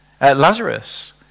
Lazarus